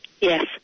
Yes